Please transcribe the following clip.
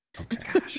Okay